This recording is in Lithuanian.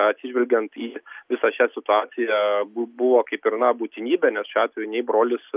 atsižvelgiant į visą šią situaciją bu buvo kaip ir na būtinybė nes šiuo atveju nei brolis